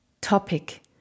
topic